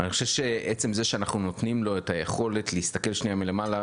אני חושב שעצם זה שאנחנו נותנים לו את היכולת להסתכל מלמעלה,